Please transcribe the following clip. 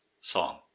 song